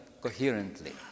coherently